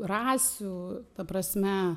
rasių ta prasme